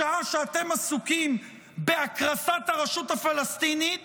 בשעה שאתם עסוקים בהקרסת הרשות הפלסטינית